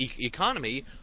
economy